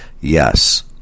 Yes